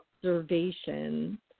observation